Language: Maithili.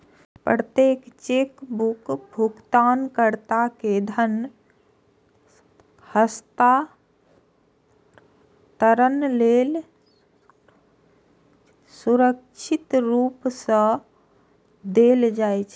प्रत्येक चेक भुगतानकर्ता कें धन हस्तांतरण लेल सुरक्षित रूप सं देल जाइ छै